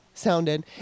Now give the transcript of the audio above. sounded